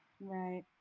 Right